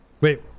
Wait